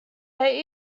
they